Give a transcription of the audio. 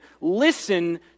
listen